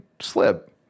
slip